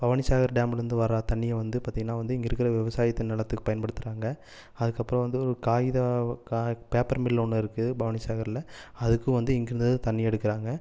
பவானிசாகர் டேம்லேருந்து வர தண்ணீயை வந்து பார்த்திங்கன்னா வந்து இங்கே இருக்கிற விவசாயத்து நிலத்துக்கு பயன்படுத்துறாங்க அதுக்கப்புறம் வந்து ஒரு காகித பேப்பர் மில் ஒன்று இருக்கு பவானிசாகரில் அதுக்கு வந்து இங்கேருந்துதான் தண்ணீர் எடுக்கிறாங்க